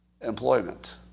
Employment